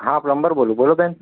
હા પ્લમ્બર બોલું બોલો બેન